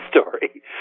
story